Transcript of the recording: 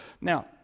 Now